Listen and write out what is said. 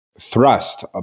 thrust